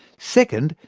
second,